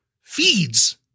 feeds